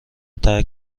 ترک